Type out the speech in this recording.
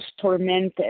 tormented